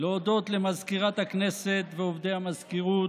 להודות למזכירת הכנסת ועובדי המזכירות,